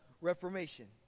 Reformation